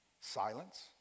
silence